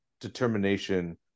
determination